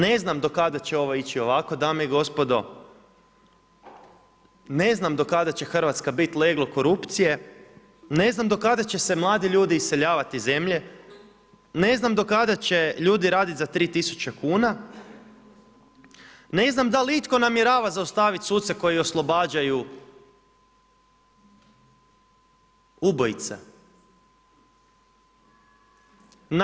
Ne znam do kada će ovo ići ovako dame i gospodo, ne znam do kada će Hrvatska biti leglo korupcije, ne znam do kada će se mladi ljudi iseljavati iz zemlje, ne znam do kada će ljudi raditi za 3000 kn, ne znam, dal itko namjerava zaustaviti suce koji oslobađaju ubojice.